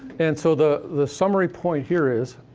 and so, the the summary point here is